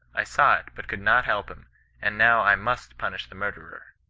i saw it, but could not help him and now i must punish the murderer